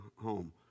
home